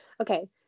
Okay